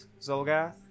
Zolgath